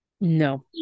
No